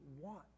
want